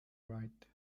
right